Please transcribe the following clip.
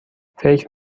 فکر